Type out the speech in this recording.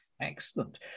Excellent